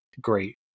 great